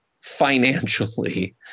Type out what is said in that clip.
financially